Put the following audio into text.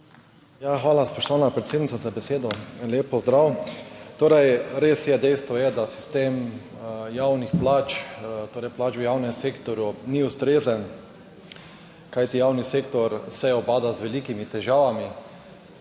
Ja, hvala, spoštovana predsednica za besedo in lep pozdrav. Torej, res je, dejstvo je, da sistem javnih plač, torej plač v javnem sektorju ni ustrezen, kajti javni sektor se ubada z velikimi težavami.